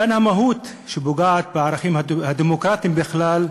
כאן המהות שפוגעת בערכים הדמוקרטיים בכלל,